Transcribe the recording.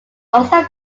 also